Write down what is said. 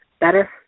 better